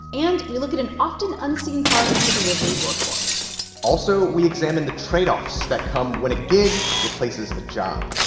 and we look at an often unseen part of the delivery workforce also, we examine the trade-offs that come when a gig replaces a job